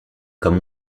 comme